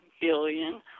billion